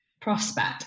prospect